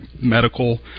medical